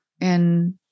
And-